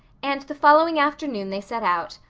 and the following afternoon they set out,